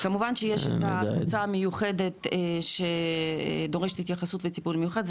כמובן שיש קבוצה מיוחדת שדורשת התייחסות וטיפול מיוחד,